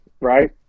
right